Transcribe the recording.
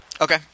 Okay